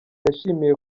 yishimiye